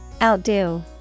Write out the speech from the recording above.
Outdo